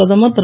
பிரதமர் திரு